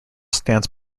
stands